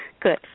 Good